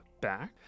back